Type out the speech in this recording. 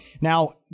Now